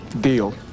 Deal